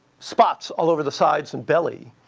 spots all over the sides and belly.